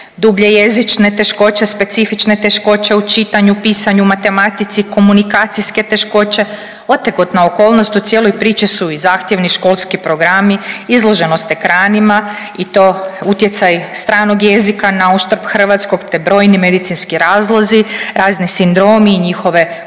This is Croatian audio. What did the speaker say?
Dublje jezične teškoće, specifične teškoće u čitanju, pisanju, matematici, komunikacijske teškoće, otegotna okolnost u cijeloj priči su i zahtjevni školski programi, izloženost ekranima i to utjecaj stranog jezika nauštrb hrvatskog te brojni medicinski razlozi, razni sindromi i njihove